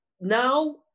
Now